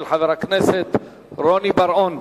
של חבר הכנסת רוני בר-און.